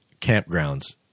campgrounds